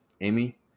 Amy